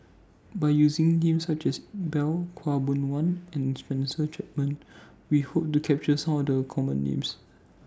By using Names such as Iqbal Khaw Boon Wan and Spencer Chapman We Hope to capture Some of The Common Names